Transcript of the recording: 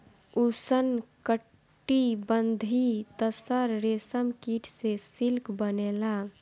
उष्णकटिबंधीय तसर रेशम कीट से सिल्क बनेला